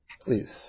please